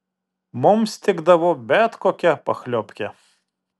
mums tikdavo bet kokia pachliobkė